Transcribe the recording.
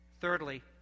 Thirdly